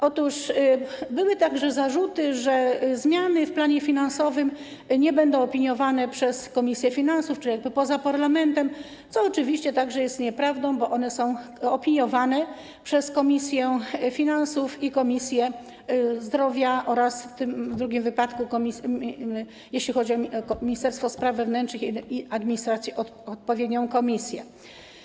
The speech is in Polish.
Otóż były także zarzuty, że zmiany w planie finansowym nie będą opiniowane przez komisję finansów czy poza parlamentem, co oczywiście także jest nieprawdą, bo są one opiniowane przez Komisję Finansów Publicznych i Komisję Zdrowia oraz w tym drugim wypadku, jeśli chodzi o Ministerstwo Spraw Wewnętrznych i Administracji, przez odpowiednią komisję.